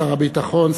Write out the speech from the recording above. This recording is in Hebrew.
שר הביטחון,